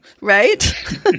Right